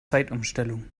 zeitumstellung